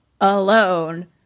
alone